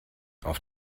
auf